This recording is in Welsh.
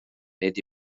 nid